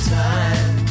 time